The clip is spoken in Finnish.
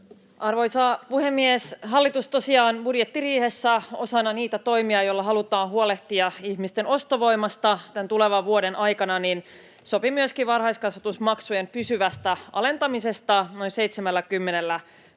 Arvoisa puhemies! Hallitus tosiaan budjettiriihessä osana niitä toimia, joilla halutaan huolehtia ihmisten ostovoimasta tulevan vuoden aikana, sopi myöskin varhaiskasvatusmaksujen pysyvästä alentamisesta noin 70